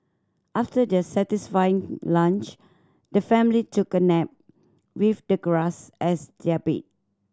after their satisfying lunch the family took a nap with the grass as their bed